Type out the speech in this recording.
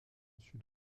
sud